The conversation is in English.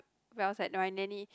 when I was at my nanny